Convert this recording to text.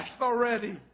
already